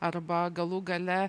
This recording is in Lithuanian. arba galų gale